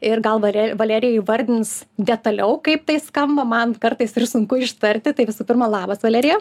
ir gal vare valerija įvardins detaliau kaip tai skamba man kartais ir sunku ištarti tai visų pirma labas valerija